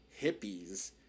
hippies